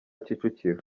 kicukiro